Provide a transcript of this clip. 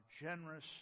generous